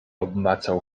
obmacał